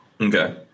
Okay